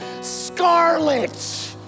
scarlet